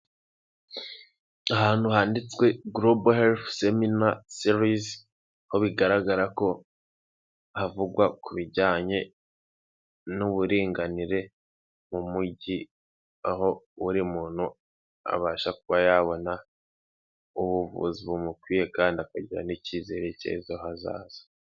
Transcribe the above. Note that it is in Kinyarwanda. Ahantu handitswe gorobo herifu semina serizi, aho bigaragara ko havugwa ku bijyanye n'uburinganire mu mujyi aho buri muntu abasha kuba yabona ubuvuzi bumukwiye kandi akagira n'icyizere cy'ejo hazaza.